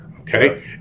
okay